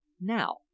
Now